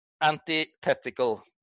antithetical